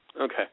Okay